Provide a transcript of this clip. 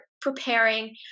preparing